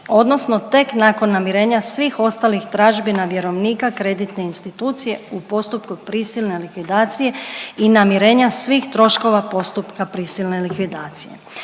odnosno tek nakon namirenja svih ostalih tražbina vjerovnika kreditne institucije u postupku prisilne likvidacije i namirenja svih troškova postupka prisilne likvidacije.